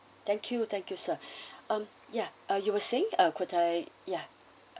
thank you thank you sir mm yeah uh you were saying could I ya